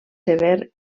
sever